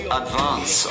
advance